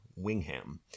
Wingham